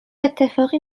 اتفاقی